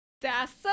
Das